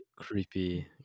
Creepy